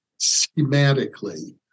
schematically